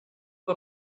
you